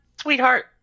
sweetheart